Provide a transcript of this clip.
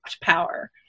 power